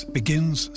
begins